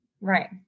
Right